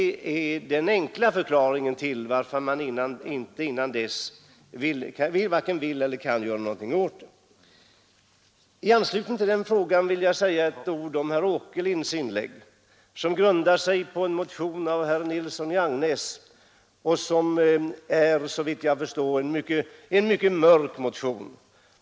Det är den enkla förklaringen till varför man inte innan dess vare sig vill eller kan göra något åt saken. I anslutning till sistnämnda fråga vill jag sedan också säga några ord om herr Åkerlinds inlägg. Det grundar sig på en motion av herr Nilsson i Agnäs, som enligt min mening är en mycket mörk motion.